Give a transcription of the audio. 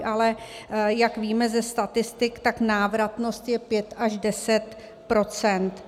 Ale jak víme ze statistik, tak návratnost je 5 až 10 %.